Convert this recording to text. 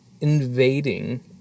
invading